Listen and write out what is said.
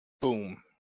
boom